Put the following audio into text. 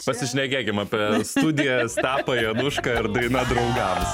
pasišnekėkim apie studiją stepą janušką ir daina draugams